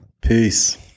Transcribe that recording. Peace